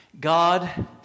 God